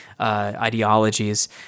ideologies